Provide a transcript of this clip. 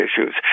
issues